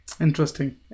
Interesting